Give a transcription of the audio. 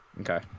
Okay